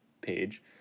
page